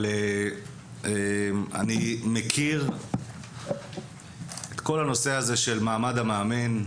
אבל אני מכיר את כל הנושא הזה של מעמד המאמן,